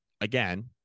again